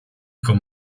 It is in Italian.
con